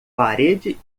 parede